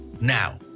Now